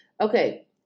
Okay